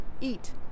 eat